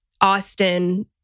Austin